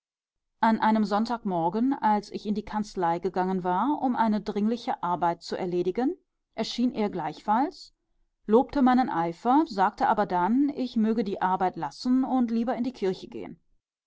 an einem sonntagmorgen als ich in die kanzlei gegangen war um eine dringliche arbeit zu erledigen erschien er gleichfalls lobte meinen eifer sagte aber dann ich möge die arbeit lassen und lieber in die kirche gehen